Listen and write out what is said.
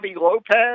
Lopez